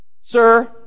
Sir